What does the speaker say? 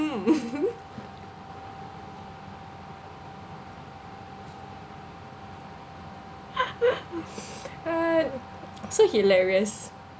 hmm ah so hilarious